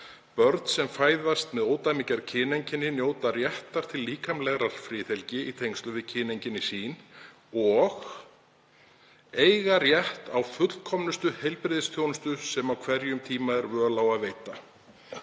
„Börn sem fæðast með ódæmigerð kyneinkenni njóta réttar til líkamlegrar friðhelgi í tengslum við kyneinkenni sín og eiga rétt á fullkomnustu heilbrigðisþjónustu sem á hverjum tíma er völ á að veita.“